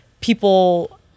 people